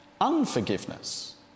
unforgiveness